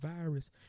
virus